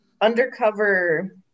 undercover